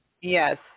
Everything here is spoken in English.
yes